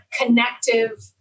connective